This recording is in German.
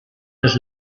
des